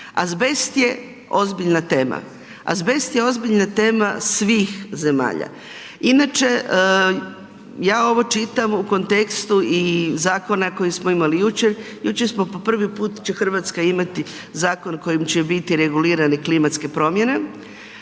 Azbest je ozbiljna tema svih zemalja. Inače, ja ovo čitam u kontekstu zakona koji smo imali i jučer, jučer smo po prvi put će Hrvatska imati zakon kojim će biti regulirane klimatske promjene.